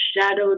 shadowed